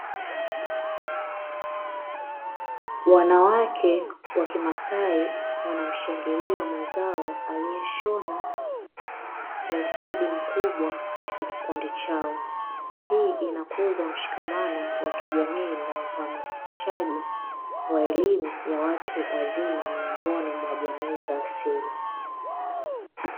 Wanawake wa kimasai wanamshangilia mwenzao aliyeshona kwa ustadi mkubwa katika kikundi chao, hii inakuza mshikamano wa kijamii na uhamisishaji wa elimu ya watu wazima miongoni mwa jamii za asili.